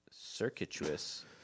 circuitous